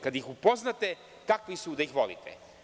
Kada ih upoznate kakvi su, da ih volite.